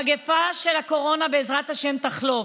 מגפת הקורונה, בעזרת השם, תחלוף,